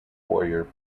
warrior